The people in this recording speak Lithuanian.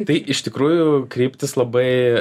tai iš tikrųjų kryptys labai